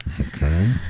Okay